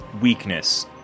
weakness